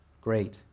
great